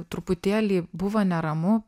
truputėlį buvo neramu